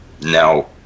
Now